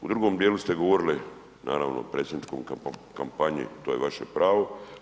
U drugom dijelu ste govorili, naravno o predsjedničkoj kampanji, to je vaše pravo.